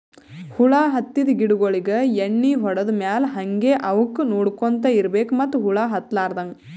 ಹುಳ ಹತ್ತಿದ್ ಗಿಡಗೋಳಿಗ್ ಎಣ್ಣಿ ಹೊಡದ್ ಮ್ಯಾಲ್ ಹಂಗೆ ಅವಕ್ಕ್ ನೋಡ್ಕೊಂತ್ ಇರ್ಬೆಕ್ ಮತ್ತ್ ಹುಳ ಹತ್ತಲಾರದಂಗ್